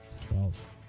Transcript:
Twelve